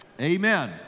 Amen